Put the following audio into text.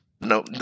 No